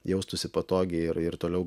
jaustųsi patogiai ir ir toliau